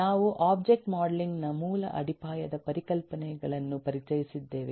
ನಾವು object modelling ನ ಮೂಲ ಅಡಿಪಾಯದ ಪರಿಕಲ್ಪನೆಗಳನ್ನು ಪರಿಚಯಿಸಿದ್ದೇವೆ